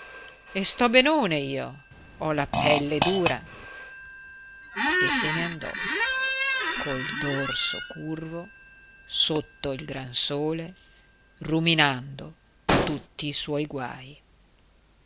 e sto benone io ho la pelle dura e se ne andò col dorso curvo sotto il gran sole ruminando tutti i suoi guai